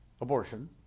abortion